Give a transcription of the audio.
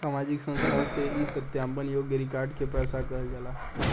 सामाजिक संस्था से ई सत्यापन योग्य रिकॉर्ड के पैसा कहल जाला